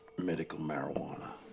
medical marijuana.